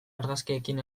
argazkiekin